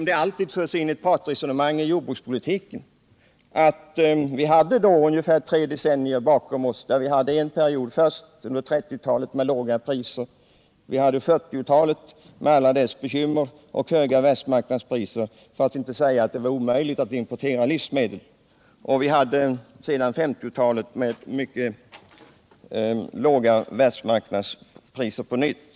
Jag sade då att man borde göra en summering av de tre decennier vi då hade bakom oss i jordbrukspolitiken: Först var det 1930 talet med låga priser; sedan kom 1940-talet med alla dess bekymmer och höga världsmarknadspriser — det var faktiskt omöjligt att importera livsmedel — och därefter 1950-talet med mycket låga världsmarknadspri ser på nytt.